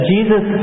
Jesus